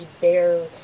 bare